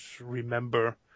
remember